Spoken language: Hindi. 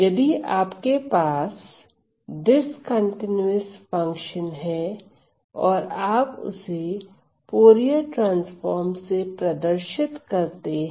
यदि आपके पास डिस्कंटीन्यूअस फंक्शन है और आप उसे फूरिये ट्रांसफार्म से प्रदर्शित करते है